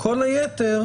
כל היתר,